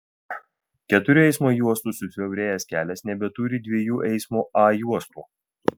keturių eismo juostų susiaurėjęs kelias nebeturi dviejų eismo a juostų